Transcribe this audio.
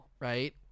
right